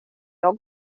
jag